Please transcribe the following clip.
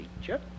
feature